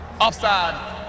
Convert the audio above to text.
Offside